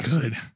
good